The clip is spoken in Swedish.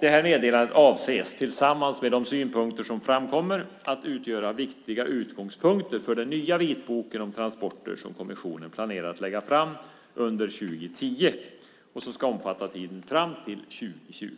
Detta meddelande avser tillsammans med de synpunkter som framkommer att utgöra viktiga utgångspunkter för den nya vitbok om transporter som kommissionen planerar att lägga fram under 2010 och som ska omfatta tiden fram till 2020.